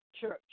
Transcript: church